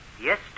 Yes